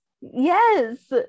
Yes